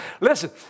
Listen